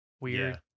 weird